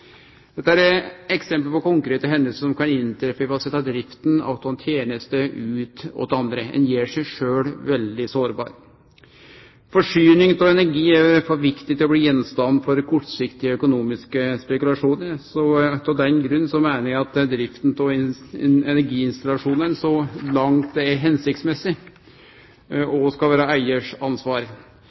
Dette er eksempel på konkrete hendingar som kan inntreffe ved å setje drifta av ei teneste ut til andre. Ein gjer seg sjølv veldig sårbar. Forsyning av energi er for viktig til å bli gjenstand for kortsiktige økonomiske spekulasjonar. Av den grunnen meiner eg at drifta av energiinstallasjonane så langt det er hensiktsmessig òg skal vere eigars ansvar.